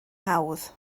hawdd